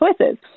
choices